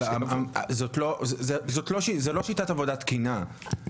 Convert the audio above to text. אבל זו לא שיטת עבודה תקינה.